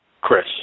Chris